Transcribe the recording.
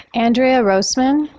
andrea roseman.